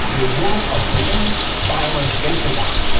you're one of ten finalists nationwide.